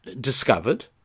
discovered